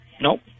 Nope